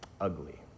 ugly